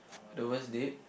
the worst date